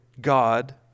God